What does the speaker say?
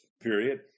period